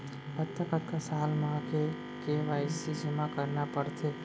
कतका कतका साल म के के.वाई.सी जेमा करना पड़थे?